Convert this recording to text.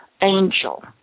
angel